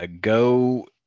go